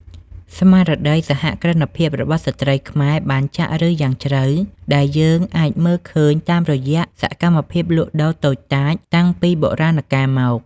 ស្មារតីសហគ្រិនភាពរបស់ស្ត្រីខ្មែរបានចាក់ឫសយ៉ាងជ្រៅ ដែលយើងអាចមើលឃើញតាមរយៈសកម្មភាពលក់ដូរតូចតាចតាំងពីបុរាណកាលមក។